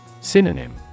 Synonym